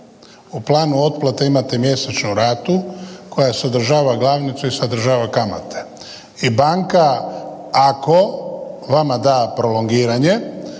U planu otplate imate mjesečnu ratu koja sadržava ratu i sadržava kamate i banka ako vama da prolongiranje